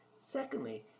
Secondly